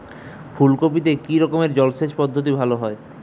ফুলকপিতে কি রকমের জলসেচ পদ্ধতি ভালো হয়?